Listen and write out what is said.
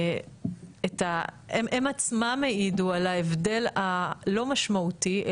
הם עצמם העידו על ההבדל הלא משמעותי,